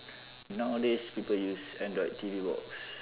nowadays people use android T_V box